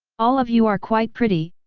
all of you are quite pretty,